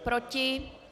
Proti?